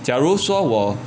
假如说我